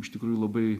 iš tikrųjų labai